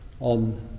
on